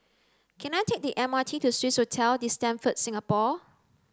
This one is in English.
can I take the M R T to Swissotel The Stamford Singapore